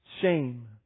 Shame